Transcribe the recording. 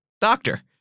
Doctor